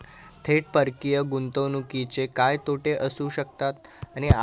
थेट परकीय गुंतवणुकीचे काय तोटे असू शकतात?